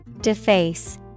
Deface